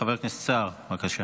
חבר הכנסת סער, בבקשה.